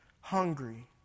hungry